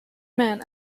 man